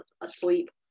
asleep